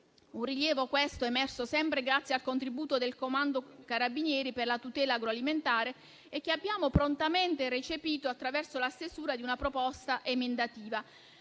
un rilievo, questo, emerso sempre grazie al contributo del Comando carabinieri per la tutela agroalimentare e che abbiamo prontamente recepito attraverso la stesura di una proposta emendativa.